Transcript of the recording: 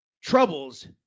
troubles